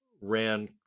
ran